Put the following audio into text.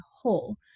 whole